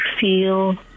feel